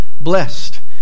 blessed